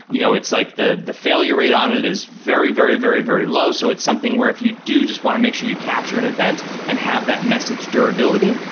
you know it's like the the failure rate on it is very, very, very, very low. so it's something where if you do just want to make sure you capture an event and have that message durability,